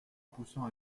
poussant